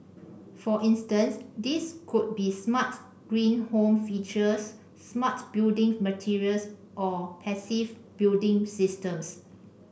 for instance these could be smart green home features smart building materials or passive building systems